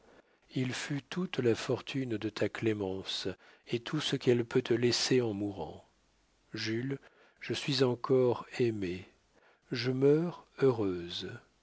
il fut toute la fortune de ta clémence et tout ce qu'elle peut te laisser en mourant jules je suis encore aimée je meurs heureuse